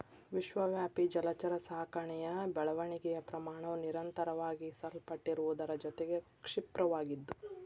ವಿಶ್ವವ್ಯಾಪಿ ಜಲಚರ ಸಾಕಣೆಯ ಬೆಳವಣಿಗೆಯ ಪ್ರಮಾಣವು ನಿರಂತರವಾಗಿ ಸಲ್ಪಟ್ಟಿರುವುದರ ಜೊತೆಗೆ ಕ್ಷಿಪ್ರವಾಗಿದ್ದು